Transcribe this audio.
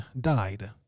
died